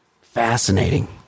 Fascinating